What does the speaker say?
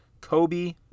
Kobe